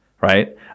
right